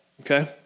okay